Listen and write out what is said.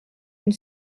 une